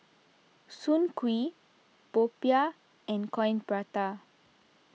Soon Kuih Popiah and Coin Prata